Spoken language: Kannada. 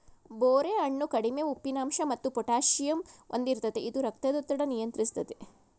ಬೋರೆ ಹಣ್ಣು ಕಡಿಮೆ ಉಪ್ಪಿನಂಶ ಮತ್ತು ಪೊಟ್ಯಾಸಿಯಮ್ ಹೊಂದಿರ್ತದೆ ಇದು ರಕ್ತದೊತ್ತಡ ನಿಯಂತ್ರಿಸ್ತದೆ